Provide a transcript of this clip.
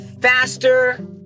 faster